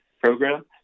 program